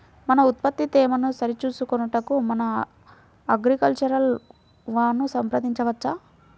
మన ఉత్పత్తి తేమను సరిచూచుకొనుటకు మన అగ్రికల్చర్ వా ను సంప్రదించవచ్చా?